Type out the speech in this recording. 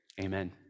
Amen